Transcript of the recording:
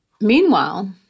Meanwhile